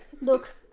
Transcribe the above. Look